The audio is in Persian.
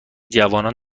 جوانان